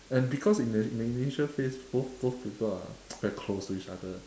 and because in the in the initial phase both both people are very close to each other